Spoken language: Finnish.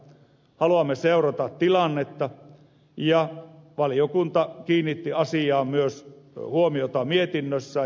haluamme seurata tilannetta ja valiokunta kiinnitti asiaan myös huomiota mietinnössä